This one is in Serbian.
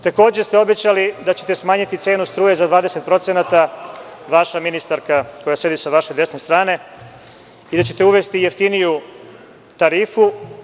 Takođe, obećali ste da ćete smanjiti cenu struje za 20%, vaša ministarka koja sedi sa vaše desne strane, i da ćete uvesti jeftiniju tarifu.